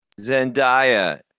Zendaya